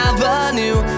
Avenue